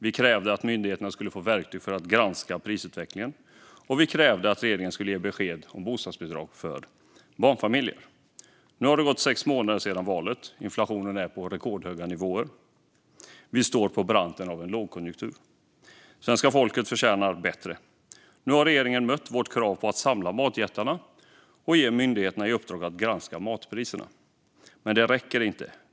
Vi krävde att myndigheterna skulle få verktyg att granska prisutvecklingen, och vi krävde att regeringen skulle ge besked om bostadsbidrag för barnfamiljer. Nu har det gått sex månader sedan valet. Inflationen är på rekordhöga nivåer. Vi står på branten av en lågkonjunktur. Svenska folket förtjänar bättre. Nu har regeringen mött vårt krav på att samla matjättarna och ge myndigheterna i uppdrag att granska matpriserna. Men det räcker inte.